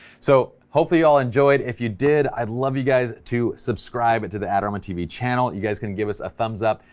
so hopefully you all enjoyed, if you did, i'd love you guys to subscribe to the adorama tv channel, you guys can give us a thumbs up,